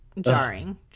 jarring